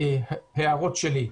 להערות שלי.